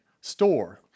store